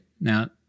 Now